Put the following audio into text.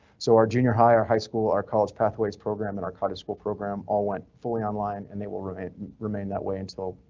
so our junior high or high school or college pathways program, a narcotic school program, all went fully online and they will remain remain that way until.